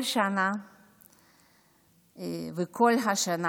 כל שנה וכל השנה